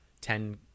Ten